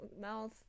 mouth